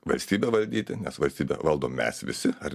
valstybę valdyti nes valstybę valdom mes visi ar